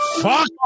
fuck